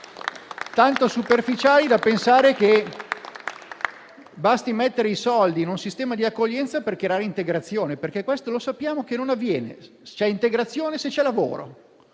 tanto superficiali da pensare che basti mettere i soldi in un sistema di accoglienza per creare integrazione, perché sappiamo che non è così. C'è integrazione, se c'è il lavoro.